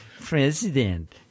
President